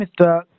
Mr